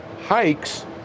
hikes